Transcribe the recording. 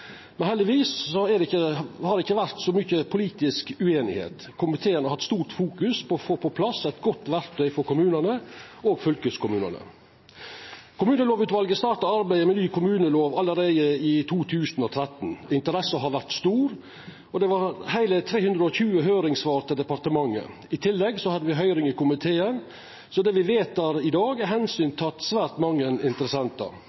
men heldigvis har det ikkje vore så mykje politisk usemje. Komiteen har lagt stor vekt på å få på plass eit godt verktøy for kommunane og fylkeskommunane. Kommunelovutvalet starta arbeidet med ny kommunelov allereie i 2013. Interessa har vore stor, og det var heile 320 høyringssvar til departementet. I tillegg hadde me høyring i komiteen. Så det me vedtek i dag, har teke omsyn til svært mange interessentar. Det er